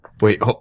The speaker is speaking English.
Wait